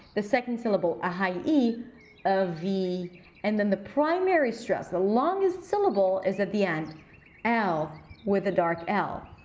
the second syllable a high e avi. and then the primary stress the longest syllable is at the end l with a dark l.